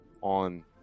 on